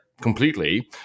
completely